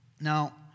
Now